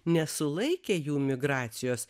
nesulaikė jų migracijos